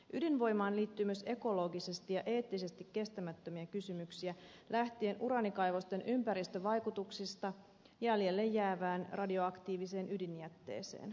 ydinvoimaan liittyy myös ekologisesti ja eettisesti kestämättömiä kysymyksiä lähtien uraanikaivosten ympäristövaikutuksista jäljelle jäävään radioaktiiviseen ydinjätteeseen